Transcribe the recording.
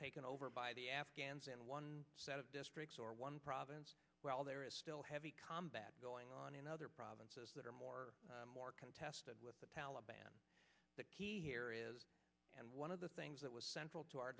taken over by the afghans and one set of districts or one province well there is still heavy combat going on in other provinces that are more and more contested with the taliban the key here is and one of the things that was central